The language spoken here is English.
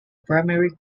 primary